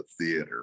Theater